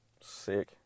sick